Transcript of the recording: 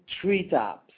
treetops